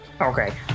Okay